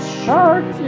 shark